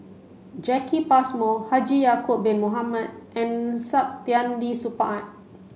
Jacki Passmore Haji Ya'acob bin Mohamed and Saktiandi Supaat